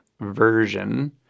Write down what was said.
version